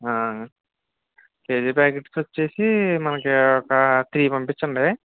KG packets వచ్చి మనకు ఒక త్రీ పంపించండి